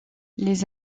les